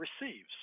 receives